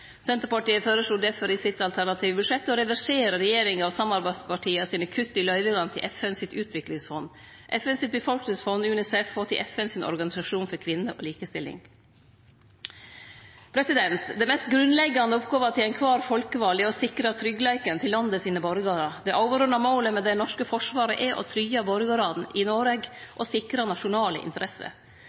Senterpartiet føreslo difor i sitt alternative budsjett å reversere regjeringa og samarbeidspartia sine kutt i løyvingane til FNs utviklingsfond, FNs befolkningsfond, UNICEF og til FNs organisasjon for kvinner og likestilling. Den mest grunnleggjande oppgåva til alle folkevalde er å sikre tryggleiken til borgarane i landet. Det overordna målet med det norske forsvaret er å tryggje borgarane i Noreg og sikre nasjonale interesser.